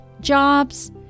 jobs